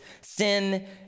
sin